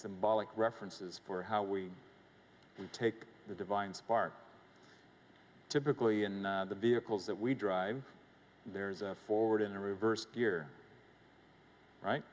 symbolic references for how we take the divine spark typically in the vehicles that we drive there's a forward in the reverse gear right